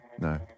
no